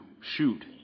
shoot